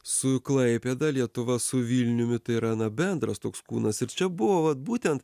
su klaipėda lietuva su vilniumi tai yra na bendras toks kūnas ir čia buvo vat būtent